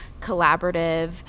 collaborative